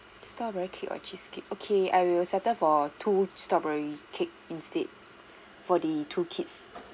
strawberry cake or cheesecake okay I will settle for two strawberry cake instead for the two kids